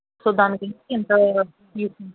so దానికి ఇంత